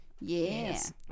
yes